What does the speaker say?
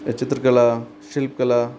चित्रकला शिल्पकला